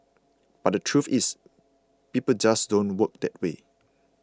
but the truth is people just don't work that way